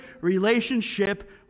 relationship